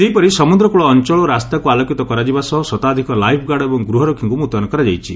ସେହିପରି ସମୁଦ୍ରକୂଳ ଅଞଳ ଓ ରାସ୍ତାକୁ ଆଲୋକିତ କରାଯିବା ସହ ଶତାଧିକ ଲାଇଫ୍ଗାର୍ଡ ଏବଂ ଗୃହରକ୍ଷୀଙ୍କୁ ମୁତୟନ କରାଯାଇଛି